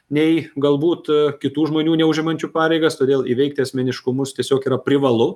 nei galbūt kitų žmonių neužimančių pareigas todėl įveikti asmeniškumus tiesiog yra privalu